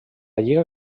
lliga